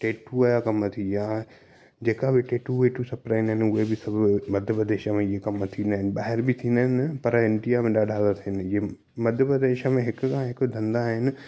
tattoo आहे कमु थी विया जेका बि टेटू वेटू सभु ठाहींदा आहिनि उहे मध्य प्रदेश में इहे कमु थींदा इन ॿाहिरि बि थींदा आहिनि पर इंडिया में ॾाढा थींदा इन मध्य प्रदेश में हिक खां हिकु धंधा आहिनि